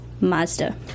Mazda